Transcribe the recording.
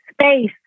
space